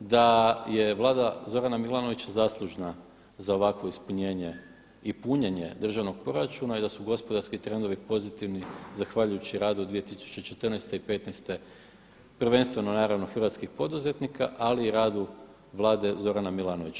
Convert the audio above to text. da je Vlada Zorana Milanovića zaslužna za ovakvo ispunjenje i punjenje državnog proračuna i da su gospodarski trendovi pozitivne zahvaljujući radu 2014. i 2015. prvenstveno naravno hrvatskih poduzetnika ali i radu Vlade Zorana Milanovića.